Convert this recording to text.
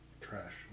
Trash